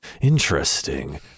interesting